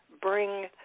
bring